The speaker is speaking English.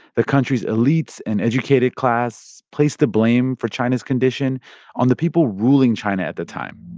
the country's elites and educated class placed the blame for china's condition on the people ruling china at the time,